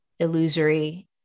illusory